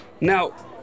Now